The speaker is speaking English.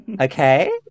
okay